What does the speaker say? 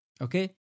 Okay